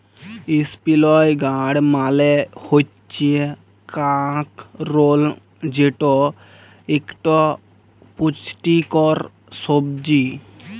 ইসপিলই গাড় মালে হচ্যে কাঁকরোল যেট একট পুচটিকর ছবজি